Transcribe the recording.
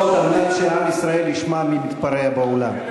על מנת שעם ישראל ישמע מי מתפרע באולם,